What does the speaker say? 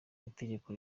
itegeko